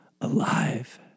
alive